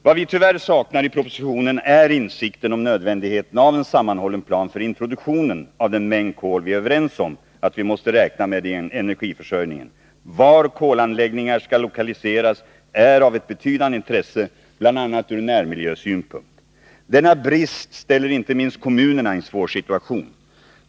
Vad vi tyvärr saknar i propositionen är insikten om nödvändigheten av en sammanhållen plan för introduktionen av den mängd kol som vi är överens om att vi måste räkna med i energiförsörjningen. Var kolanläggningar skall lokaliseras är av ett betydande intresse från bl.a. närmiljösynpunkt. Denna brist ställer inte minst kommunerna i en svår situation.